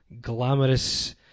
glamorous